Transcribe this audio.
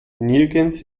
nirgends